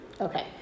Okay